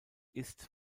ist